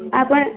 ଆପଣ